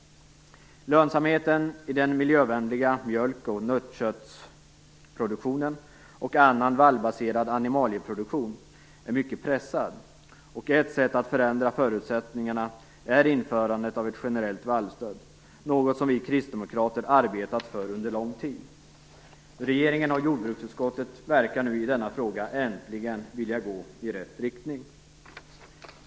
Lönsamheten i den miljövänliga mjölk och nötköttsproduktionen och annan vallbaserad animalieproduktion är mycket pressad och ett sätt att förändra förutsättningarna är införandet av ett generellt vallstöd, något som vi kristdemokrater arbetat för under lång tid. Regeringen och jordbruksutskottet verkar nu i denna fråga äntligen vilja gå i rätt riktning.